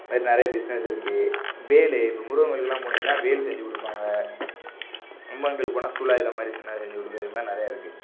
இது மாரி நிறைய பிஸ்னஸ் இருக்குது வேலு இப்போ முருகன் கோயிலுக்கெலாம் போனிங்கன்னால் வேல் செஞ்சிக் கொடுப்பாங்க அம்மங்கோயிலுக்கு போனால் சூலாயுதம் மாதிரி சின்னதாக செஞ்சிக் கொடுக்குறது இது மாதிரி நிறையா இருக்குது